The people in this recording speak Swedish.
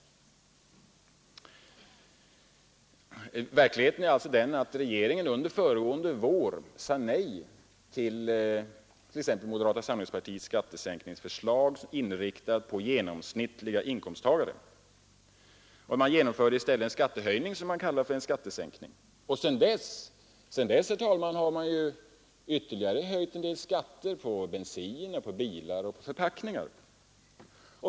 Verkligheten är den att regeringen förra våren sade nej till t.ex. moderata samlingspartiets skattesänkningsförslag, inriktat på de genomsnittliga inkomsttagarna. Man genom förde i stället en skattehöjning som man kallar för en skattesänkning. Sedan dess har man höjt skatten ytterligare på bensin, bilar och förpackningar.